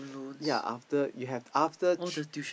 yea after you have after